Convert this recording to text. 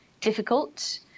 difficult